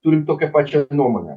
turim tokią pačią nuomonę